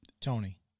Tony